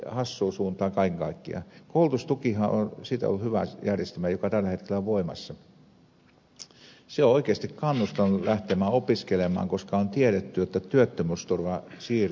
koulutustukihan joka tällä hetkellä on voimassa on ollut siitä hyvä järjestelmä että se on oikeasti kannustanut lähtemään opiskelemaan koska on tiedetty että työttömyysturva siirtyy sillä